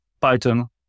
Python